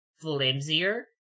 flimsier